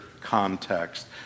context